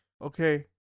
Okay